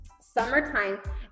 Summertime